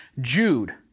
Jude